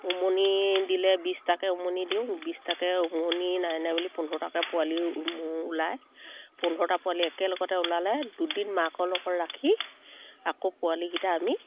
উমনি দিলে বিছটাকে উমনি দিওঁ বিছটাকে উমনি নাই নাই বুলি পোন্ধৰটাকে পোৱালি ওলায় পোন্ধৰটা পোৱালি একেলগতে ওলালে দুদিন মাকৰ লগত ৰাখি আকৌ পোৱালিকিটা আমি